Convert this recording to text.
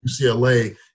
UCLA